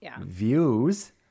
views